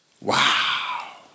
Wow